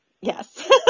Yes